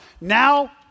now